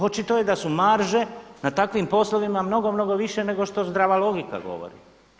Očito je da su marže na takvim poslovima mnogo, mnogo više nego što zdrava logika govori.